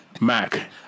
Mac